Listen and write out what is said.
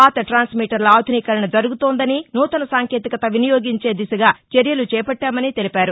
పాత ట్రాన్స్ మీటర్ల ఆధునీకరణ జరుగుతోందని నూతన సాంకేతికత వినియోగించే దిశగా చర్యలు చేపట్టామని తెలిపారు